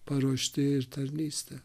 paruošti ir tarnystę